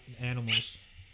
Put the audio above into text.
animals